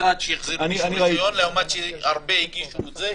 שהחזיר רישיון למרות שהרבה הגישו את זה.